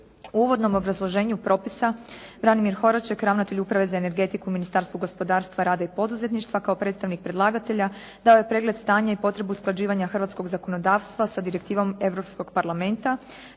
U uvodnom obrazloženju propisa Branimir … /Govornica se ne razumije./ …, ravnatelj Uprave za energetiku u Ministarstvu gospodarstva, rada i poduzetništva kao predstavnik predlagatelja dao je pregled stanja i potrebu usklađivanja hrvatskog zakonodavstva sa direktivom Europskog parlamenta